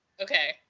Okay